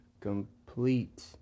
complete